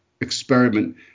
experiment